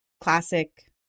classic